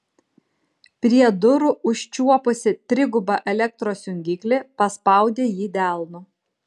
prie durų užčiuopusi trigubą elektros jungiklį paspaudė jį delnu